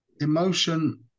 Emotion